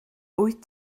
wyt